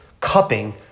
cupping